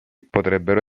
potrebbero